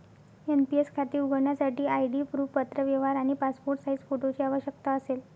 NPS खाते उघडण्यासाठी ID proof, पत्रव्यवहार आणि पासपोर्ट साइज फोटोची आवश्यकता असेल